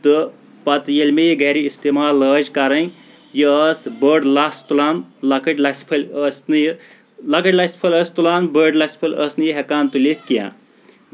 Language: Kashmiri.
تہٕ پَتہٕ ییٚلہِ مےٚ یہِ گرِ اِستعمال لٲج کَرٕنۍ یہِ ٲس بٔڑ لَژھ تُلان لۄکٕٹۍ لَژھ پھلۍ ٲس نہٕ یہِ لۄکٕٹۍ لَژھِ لَژھِ پھلۍ ٲس تُلان بٔڑۍ لژھ پھلۍ ٲس نہٕ یہِ ہٮ۪کان یہِ تُلِتھ کیٚنٛہہ